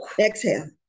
Exhale